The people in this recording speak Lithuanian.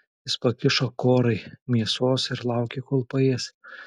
jis pakišo korai mėsos ir laukė kol paės